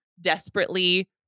desperately